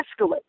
escalate